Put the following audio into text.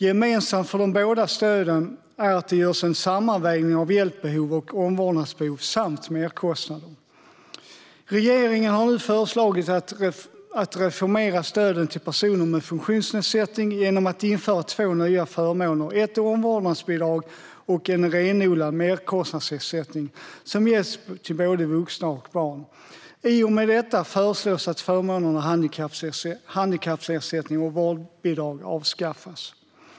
Gemensamt för de båda stöden är att det görs en sammanvägning av hjälpbehov och omvårdnadsbehov samt merkostnader. Regeringen har nu föreslagit att reformera stöden till personer med funktionsnedsättning genom att införa två nya förmåner - ett omvårdnadsbidrag och en renodlad merkostnadsersättning som ges till både vuxna och barn. I och med detta föreslås att förmånerna handikappersättning och vårdbidrag avskaffas.